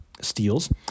steals